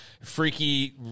freaky